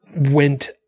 went